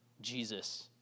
Jesus